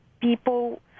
people